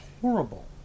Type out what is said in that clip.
horrible